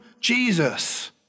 Jesus